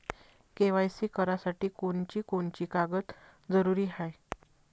KYC करासाठी कोनची कोनची कागद जरुरी हाय?